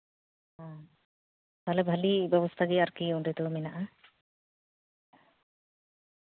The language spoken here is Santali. ᱛᱟᱦᱞᱮ ᱵᱷᱟᱹᱞᱤ ᱵᱮᱵᱚᱥᱛᱷᱟ ᱜᱮ ᱟᱨᱠᱤ ᱚᱸᱰᱮ ᱫᱚ ᱢᱮᱱᱟᱜᱼᱟ